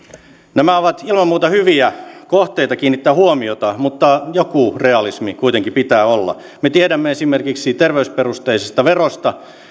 nämä ovat ilman muuta hyviä kohteita kiinnittää huomiota mutta joku realismi kuitenkin pitää olla me tiedämme esimerkiksi terveysperusteisesta verosta